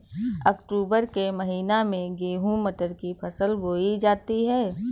अक्टूबर के महीना में गेहूँ मटर की फसल बोई जाती है